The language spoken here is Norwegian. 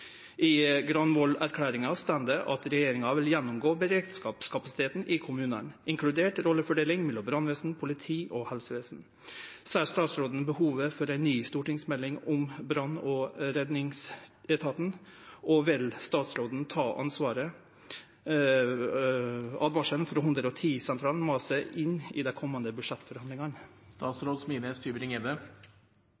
I Granavolden-erklæringa står det at regjeringa vil gjennomgå beredskapskapasiteten i kommunane, inkludert rollefordeling mellom brannvesen, politi og helsevesen. Ser statsråden behovet for ei ny stortingsmelding om brann- og redningsetaten, og vil statsråden ta åtvaringa frå 110-sentralen med seg inn i dei komande budsjettforhandlingane?